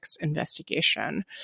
investigation